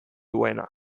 duena